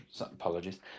Apologies